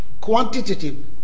quantitative